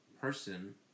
person